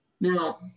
Now